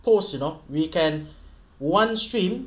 force you know we can one stream